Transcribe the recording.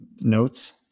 notes